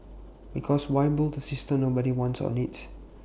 because why build A system nobody wants or needs